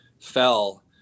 fell